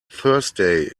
thursday